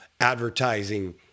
advertising